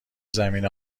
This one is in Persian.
زمینه